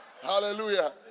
Hallelujah